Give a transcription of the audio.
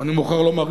אני מוכרח לומר.